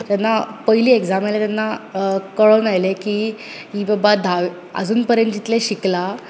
जेन्ना पयली एग्जैम आयली तेन्ना कळोन आयलें की ही बाबा धा आजून परेन जितलें शिकला